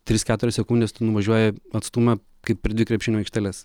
tris keturias sekundes tu nuvažiuoji atstumą kaip per dvi krepšinio aikšteles